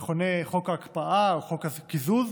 המכונה "חוק ההקפאה" או "חוק הקיזוז",